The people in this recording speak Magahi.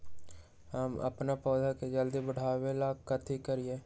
हम अपन पौधा के जल्दी बाढ़आवेला कथि करिए?